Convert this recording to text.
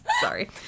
Sorry